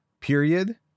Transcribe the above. Period